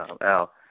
Al